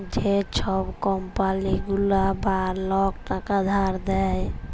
যে ছব কম্পালি গুলা বা লক টাকা ধার দেয়